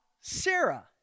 Sarah